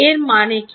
এর মানে কী